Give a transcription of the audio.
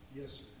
Yes